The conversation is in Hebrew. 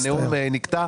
בסדר, הנאום נקטע.